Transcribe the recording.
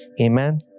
amen